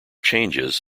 changes